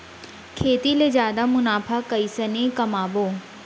खेती ले जादा मुनाफा कइसने कमाबो?